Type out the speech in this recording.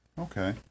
Okay